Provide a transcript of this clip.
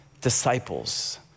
disciples